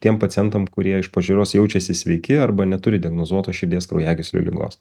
tiem pacientam kurie iš pažiūros jaučiasi sveiki arba neturi diagnozuotos širdies kraujagyslių ligos